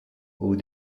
aux